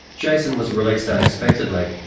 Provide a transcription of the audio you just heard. jason was released unexpectedly,